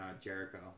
Jericho